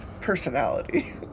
Personality